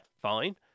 fine